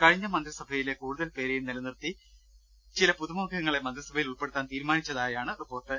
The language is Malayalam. കഴിഞ്ഞ മന്ത്രിസഭയിലെ കൂടുതൽപേരേയും നിലനിർത്തി ചില പുതുമുഖങ്ങളെ മന്ത്രിസഭയിൽ ഉൾപ്പെടുത്താൻ തീരുമാനിച്ച തായാണ് റിപ്പോർട്ട്